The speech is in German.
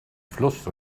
fluss